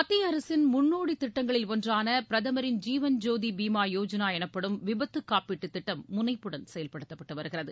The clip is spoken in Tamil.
மத்திய அரசின் முன்னோடி திட்டங்களில் ஒன்றான பிரதமரின் ஜீவன் ஜோதி பீம யோஜனா எனப்படும் விபத்து காப்பீட்டு திட்டம் முனைப்புடன் செயல்படுத்தப்பட்டு வருகிறது